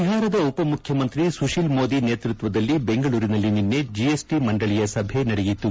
ಬಿಹಾರದ ಉಪಮುಖ್ಯಮಂತ್ರಿ ಸುಶೀಲ್ ಮೋದಿ ನೇತೃತ್ವದಲ್ಲಿ ಬೆಂಗಳೂರಿನಲ್ಲಿ ನಿನ್ನೆ ಜಿಎಸ್ಟಿ ಮಂಡಳಿಯ ಸಭೆ ನಡೆಯಿತು